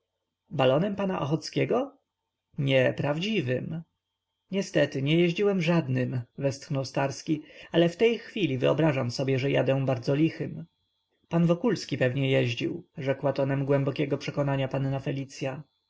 balonem pana ochockiego nie prawdziwym niestety nie jeździłem żadnym westchnął starski ale w tej chwili wyobrażam sobie że jadę bardzo lichym pan wokulski pewnie jeździł rzekła tonem głębokiego przekonania panna felicya